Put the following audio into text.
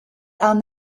are